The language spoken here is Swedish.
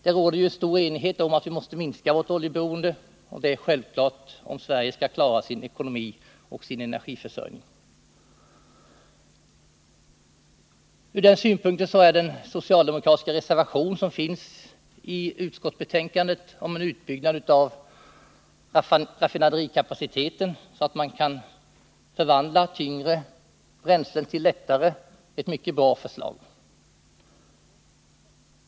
Det råder ju stor enighet om att vi måste minska vårt oljeberoende, och det är självklart om Sverige skall klara sin ekonomi och sin energiförsörjning. Ur den synpunkten är förslaget i den vid betänkandet fogade socialdemokratiska reservationen om en sådan utbyggnad av raffinaderikapaciteten att man kan förvandla tyngre bränslen till lättare mycket bra.